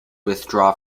withdraw